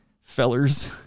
Fellers